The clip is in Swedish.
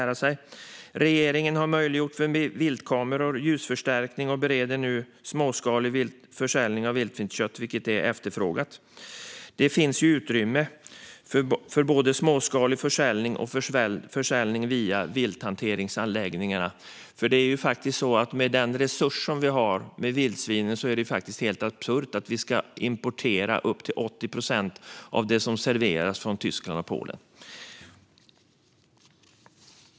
Regeringen har möjliggjort för viltkameror och ljusförstärkning och bereder nu frågan om en småskalig försäljning av vildsvinskött som är efterfrågat. Det finns utrymme för både småskalig försäljning och försäljning via vilthanteringsanläggningarna. Med den resurs som vi har i form av vildsvinen är det helt absurt att vi ska importera upp till 80 procent av det som serveras från Tyskland och Polen.